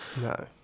No